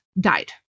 died